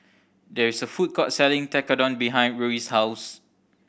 there is a food court selling Tekkadon behind Ruie's house